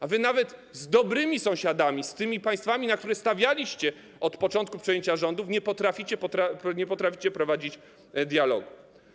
A wy nawet z dobrymi sąsiadami, z tymi państwami, na które stawialiście od początku przejęcia rządów, nie potraficie prowadzić dialogu.